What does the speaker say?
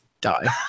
die